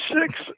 six